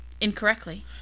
incorrectly